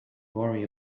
worry